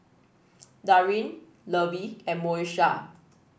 Darin Lovey and Moesha